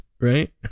Right